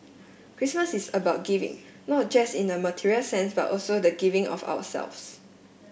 Christmas is about giving not just in a material sense but also the giving of ourselves